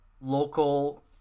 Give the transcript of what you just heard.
local